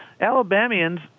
Alabamians